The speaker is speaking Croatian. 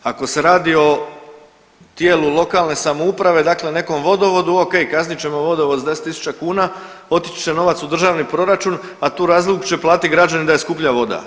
Ako se radi o tijelu lokalne samouprave, dakle nekom vodovodu, okej, kaznit ćemo vodovod s 10 tisuća kuna, otići će novac u državni proračun, a tu razliku će platiti građani da je skuplja voda.